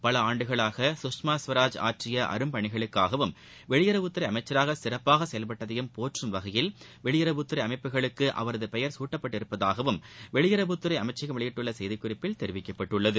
பல ஆண்டுகளாக சுஷ்மா ஸ்வராஜ் ஆற்றிய அரும் பணிகளுக்காவும் வெளியுறவுத்துறை அமைச்சராக சிறப்பாக செயல்பட்டதையும் போற்றும் வகையில் வெளியுறவுத்துறை அமைப்புகளுக்கு அவரது பெயர் சூட்டப்பட்டுள்ளதாகவும் வெளியுறவுத்துறை அமைச்சகம் வெளியிட்ட செய்திக்குறிப்பில் தெரிவிக்கப்பட்டுள்ளது